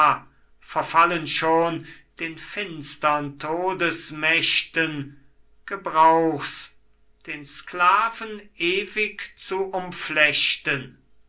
verfallen schon den finstern todesmächten gebrauch's den sklaven ewig zu